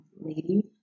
lady